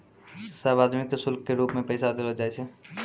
सब आदमी के शुल्क के रूप मे पैसा देलो जाय छै